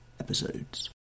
episodes